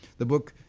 the book